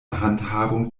handhabung